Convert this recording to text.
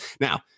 Now